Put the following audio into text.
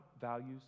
values